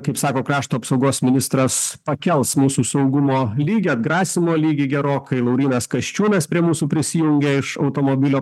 kaip sako krašto apsaugos ministras pakels mūsų saugumo lygį atgrasymo lygį gerokai laurynas kasčiūnas prie mūsų prisijungė iš automobilio